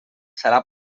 serà